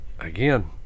Again